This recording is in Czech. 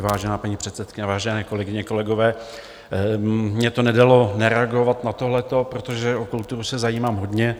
Vážená paní předsedkyně, vážené kolegyně, kolegové, mně to nedalo nereagovat na tohleto, protože o kulturu se zajímám hodně.